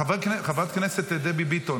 חברת הכנסת דבי ביטון,